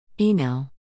Email